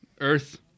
Earth